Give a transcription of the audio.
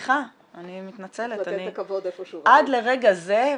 נושא של משאבים נדרשים לעניין הזה.